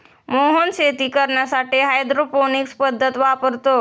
मोहन शेती करण्यासाठी हायड्रोपोनिक्स पद्धत वापरतो